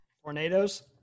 Tornadoes